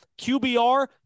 QBR